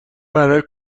برای